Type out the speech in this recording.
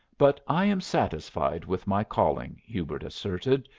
but i am satisfied with my calling, hubert asserted,